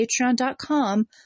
patreon.com